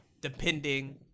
depending